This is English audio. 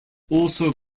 also